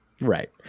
Right